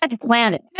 planet